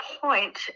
point